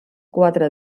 quatre